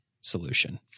solution